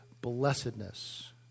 blessedness